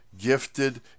gifted